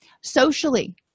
Socially